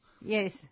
Yes